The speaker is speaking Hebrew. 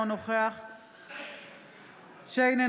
אינו נוכח יוסף שיין,